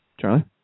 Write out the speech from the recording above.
Charlie